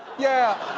yeah,